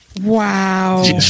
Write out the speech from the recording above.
Wow